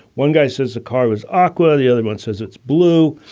one guy says a car was awkward. the other one says it's blue.